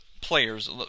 players